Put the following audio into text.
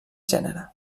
gènere